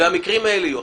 המקרים האלה יהיו.